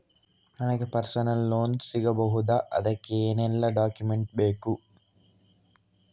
ನನಗೆ personal loan ಸಿಗಬಹುದ ಅದಕ್ಕೆ ಏನೆಲ್ಲ ಡಾಕ್ಯುಮೆಂಟ್ ಬೇಕು?